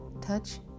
touch